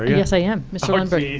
yes i am. oh, geez.